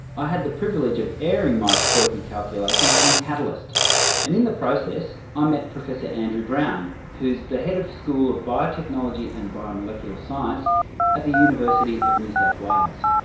i had the privilege of airing my quirky calculations on catalyst and, in the process, i met professor andrew brown, the head of school of biotechnology and biomolecular science at the university of new south wales.